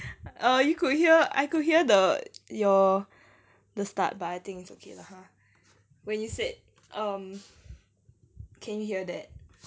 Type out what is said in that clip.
err you could hear I could hear the your the start bye things okay when you said um can you hear that